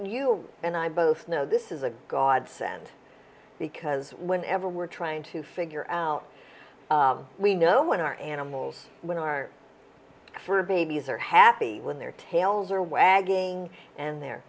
you and i both know this is a godsend because whenever we're trying to figure out we know when our animals when our for babies are happy when their tails are wagging and they're